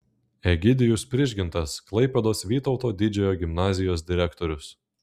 egidijus prižgintas klaipėdos vytauto didžiojo gimnazijos direktorius